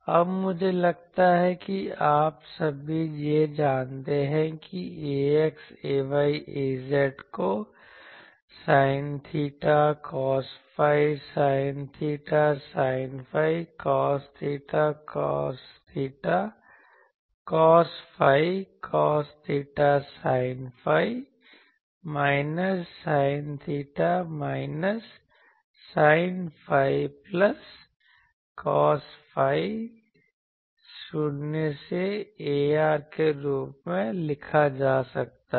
अब मुझे लगता है कि आप सभी यह जानते हैं कि ax ay az को sine theta cos phi sine theta sine phi cos theta cos theta cos phi cos theta sine phi minus sine theta minus sine phi plus cos phi 0 से ar के रूप में लिखा जा सकता है